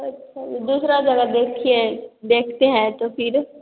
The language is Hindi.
अच्छा दूसरे जगह देखिए देखते हैं तो फ़िर